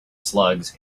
slugs